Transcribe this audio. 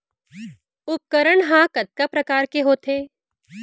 उपकरण हा कतका प्रकार के होथे?